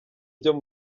byo